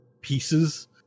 pieces